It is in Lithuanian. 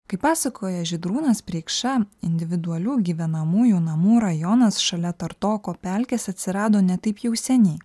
kaip pasakoja žydrūnas preikša individualių gyvenamųjų namų rajonas šalia tartoko pelkės atsirado ne taip jau seniai